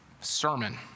sermon